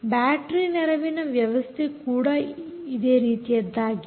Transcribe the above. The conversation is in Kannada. ಬ್ಯಾಟರೀ ನೆರವಿನ ವ್ಯವಸ್ಥೆ ಕೂಡ ಇದೇ ರೀತಿಯದ್ದಾಗಿದೆ